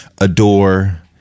Adore